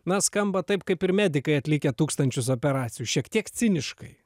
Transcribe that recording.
na skamba taip kaip ir medikai atlikę tūkstančius operacijų šiek tiek ciniškai